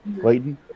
clayton